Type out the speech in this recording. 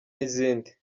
n’izindi